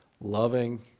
loving